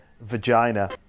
vagina